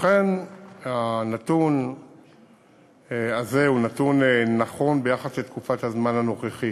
אכן הנתון הזה הוא נכון ביחס לתקופת הזמן הנוכחית.